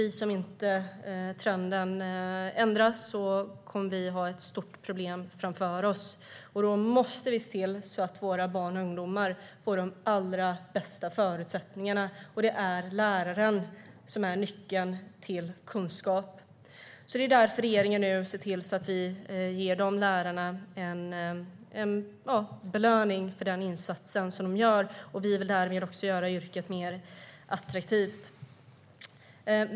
Om inte trenden ändras kommer vi troligtvis ha ett stort problem framför oss. Vi måste se till att våra barn och ungdomar får de allra bästa förutsättningarna. Det är läraren som är nyckeln till kunskap. Det är därför som regeringen nu ser till att vi ger lärarna en belöning för den insats de gör. Vi vill därmed också göra yrket mer attraktivt.